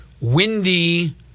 windy